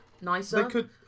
nicer